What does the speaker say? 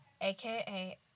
AKA